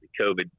COVID